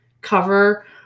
cover